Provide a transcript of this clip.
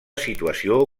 situació